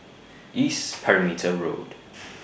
East Perimeter Road